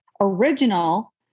original